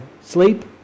sleep